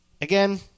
Again